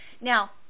now